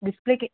డిస్ప్లేకే